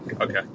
Okay